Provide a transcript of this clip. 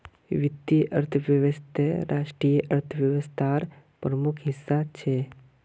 वीत्तिये अर्थवैवस्था राष्ट्रिय अर्थ्वैवास्थार प्रमुख हिस्सा छे